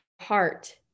heart